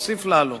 מוסיפים לעלות.